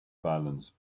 balance